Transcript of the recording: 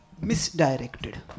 misdirected